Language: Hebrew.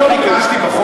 הרי אני לא ביקשתי בחוק,